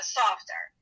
softer